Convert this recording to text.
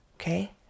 okay